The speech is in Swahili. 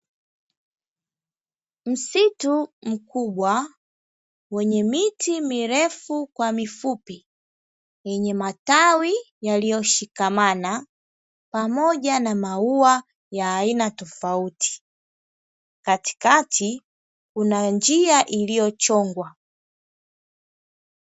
Msitu mkubwa wenye miti mirefu kwa mifupi, yenye matawi yaliyoshikamana, pamoja na maua ya aina tofauti, katikati kuna njia iliyochongwa.